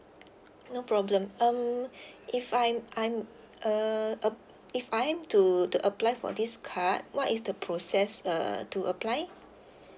no problem um if I'm I'm uh uh if I am to to apply for this card what is the process uh to apply